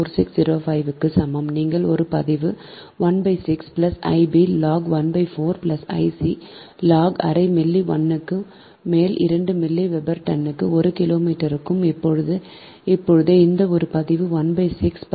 4605 க்கு சமம் நீங்கள் ஒரு பதிவு 1 6 I b log 1 4 I c log அரை மில்லி 1 க்கு மேல் 2 மில்லி வெபர் டன்னுக்கு ஒரு கிலோமீட்டருக்கு இப்போதே இந்த ஒரு log 1 6 log 1 4 log 1 2 நீங்கள் எந்த மதிப்பு வந்தாலும் அதை நீங்கள் பெறுவீர்கள் ʎn மைனஸ் 0